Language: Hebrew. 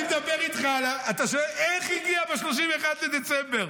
אתה שואל איך הגיע ב-31 בדצמבר?